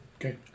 Okay